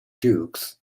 dukes